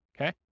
okay